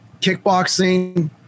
kickboxing